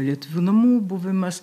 lietuvių namų buvimas